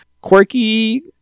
quirky